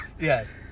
Yes